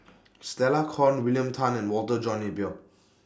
Stella Kon William Tan and Walter John Napier